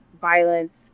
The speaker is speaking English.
violence